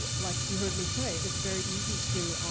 like you heard me say, it's very easy to,